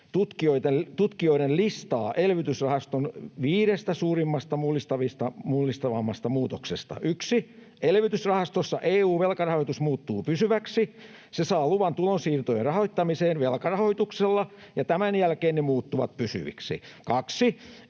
tutkijoiden listaa elpymisrahaston viidestä suurimmasta mullistavimmasta muutoksesta: 1) Elvytysrahastossa EU-velkarahoitus muuttuu pysyväksi. Se saa luvan tulonsiirtojen rahoittamiseen velkarahoituksella, ja tämän jälkeen ne muuttuvat pysyviksi. 2)